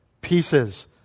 Pieces